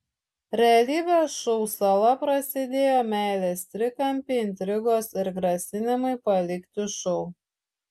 realybės šou sala prasidėjo meilės trikampiai intrigos ir grasinimai palikti šou